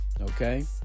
Okay